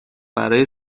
برای